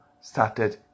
started